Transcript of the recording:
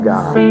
God